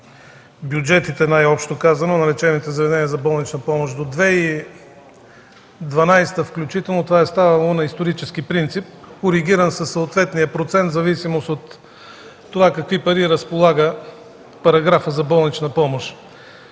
бюджетите, най-общо казано, на лечебните заведения за болнична помощ? До 2012 г. включително това е ставало на исторически принцип, коригиран със съответния процент в зависимост от това с какви пари разполага параграфът за болнична помощ.